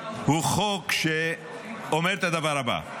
הוא חוק שאומר את הדבר הבא: